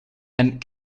and